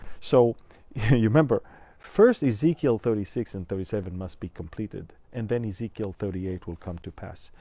so you remember first, ezekiel thirty six and thirty seven must be completed. and then ezekiel, thirty eight will come to pass.